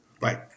right